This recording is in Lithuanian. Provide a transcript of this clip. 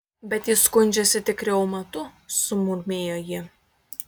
bet jis skundžiasi tik reumatu sumurmėjo ji